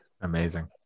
Amazing